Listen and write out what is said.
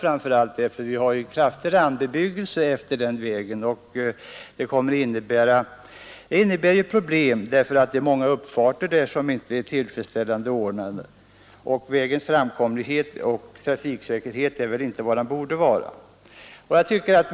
Det finns en kraftig randbebyggelse utefter denna väg, och problem förekommer eftersom många uppfarter inte är tillfredsställande ordnade. Vägens framkomlighet och trafiksäkerhet är inte vad som borde vara fallet.